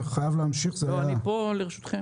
אני פה לרשותכם.